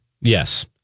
Yes